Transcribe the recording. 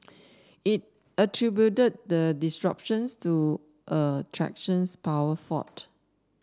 it attributed the disruptions to a traction power fault